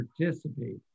participate